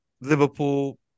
Liverpool